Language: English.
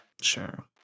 Sure